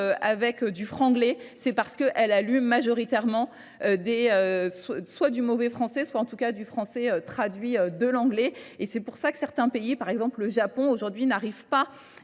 avec du franglais. C'est parce qu'elle a lu majoritairement soit du mauvais français, soit en tout cas du français traduit de l'anglais. Et c'est pour ça que certains pays, par exemple le Japon, aujourd'hui n'arrivent pas